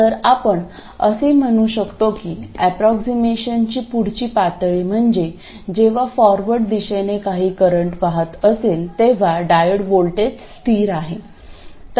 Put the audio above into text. तर आपण असे म्हणू शकतो की ऍप्रॉक्सीमेशनची पुढील पातळी म्हणजे जेव्हा फॉरवर्ड दिशेने काही करंट वाहत असेल तेव्हा डायोड व्होल्टेज स्थिर आहे